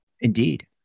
Indeed